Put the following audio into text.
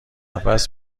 نفس